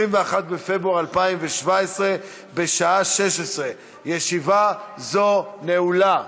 21 בפברואר 2017, בשעה 16:00. ישיבה זו נעולה.